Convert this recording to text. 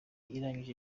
irangije